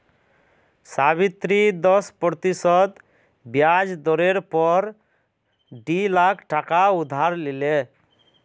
सावित्री दस प्रतिशत ब्याज दरेर पोर डी लाख टका उधार लिले